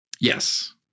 Yes